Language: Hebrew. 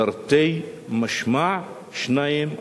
תרתי משמע: שניים,